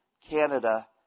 Canada